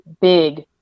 big